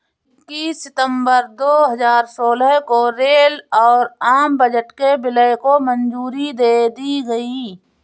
इक्कीस सितंबर दो हजार सोलह को रेल और आम बजट के विलय को मंजूरी दे दी गयी